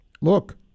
look